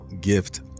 gift